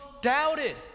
doubted